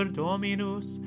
dominus